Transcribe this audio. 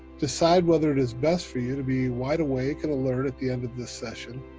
decide whether it is best for you to be wide awake and alert at the end of this session,